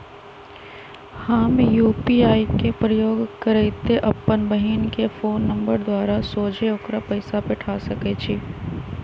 हम यू.पी.आई के प्रयोग करइते अप्पन बहिन के फ़ोन नंबर द्वारा सोझे ओकरा पइसा पेठा सकैछी